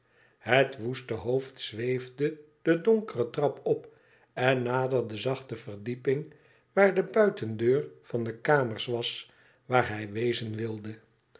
het woeste hoofd zweefde de donkere trap op en naderde zacht de verdiepmg waar de buitendeur van de kamers was waar hij wezen wilde